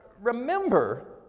remember